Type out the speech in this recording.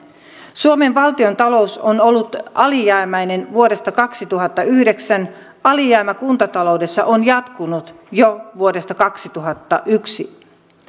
suomen valtiontalous on ollut alijäämäinen vuodesta kaksituhattayhdeksän alijäämä kuntataloudessa on jatkunut jo vuodesta kaksituhattayksi